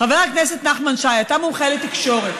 חבר הכנסת נחמן שי, אתה מומחה לתקשורת.